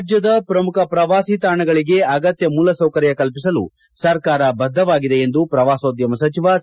ರಾಜ್ಯದ ಪ್ರಮುಖ ಪ್ರವಾಸಿ ತಾಣಗಳಿಗೆ ಅಗತ್ತ ಮೂಲ ಸೌಕರ್ಯ ಕಲ್ಪಿಸಲು ಸರ್ಕಾರ ಬದ್ದವಾಗಿದೆ ಎಂದು ಪ್ರವಾಸೋದ್ದಮ ಸಚಿವ ಸಿ